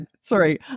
Sorry